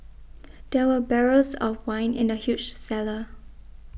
there were barrels of wine in the huge cellar